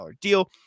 deal